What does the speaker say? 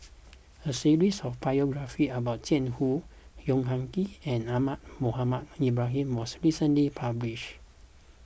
a series of biographies about Jiang Hu Yong Ah Kee and Ahmad Mohamed Ibrahim was recently published